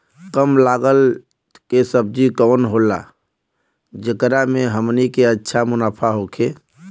कम लागत के सब्जी कवन होला जेकरा में हमनी के अच्छा मुनाफा होखे?